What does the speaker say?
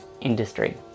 industry